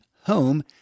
home